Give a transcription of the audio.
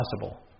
possible